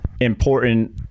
important